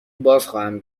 بازخواهم